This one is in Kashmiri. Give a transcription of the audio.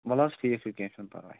وَل حظ ٹھیک چھُ کیٚنہہ چھُ نہٕ پرواے